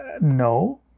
No